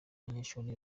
banyeshuri